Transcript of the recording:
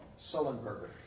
Sullenberger